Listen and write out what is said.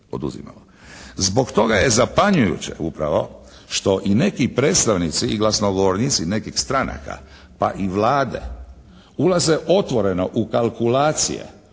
Zbog toga je zapanjujuće upravo što i neki predstavnici i glasnogovornici nekih stranaka pa i Vlade ulaze otvoreno u kalkulacije